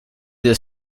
the